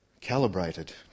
calibrated